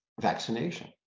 vaccination